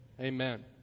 amen